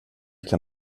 kan